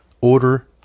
order